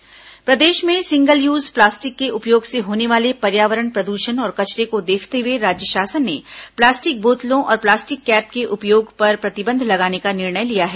plastic प्रतिबंध प्रदेश में सिंगल यूज प्लास्टिक के उपयोग से होने वाले पर्यावरण प्रद्षण और कचरे को देखते हए राज्य शासन ने प्लास्टिक बोतलों और प्लास्टिक कैप के उपयोग पर प्रतिबंध लगाने का निर्णय लिया है